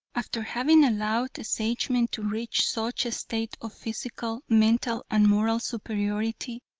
after having allowed the sagemen to reach such a state of physical, mental and moral superiority,